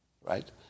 right